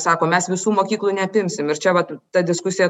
sako mes visų mokyklų neapimsim ir čia vat ta diskusija